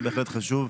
זה בהחלט חשוב.